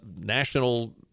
national